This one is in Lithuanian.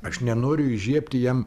aš nenoriu įžiebti jam